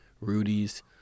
Rudy's